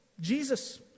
Jesus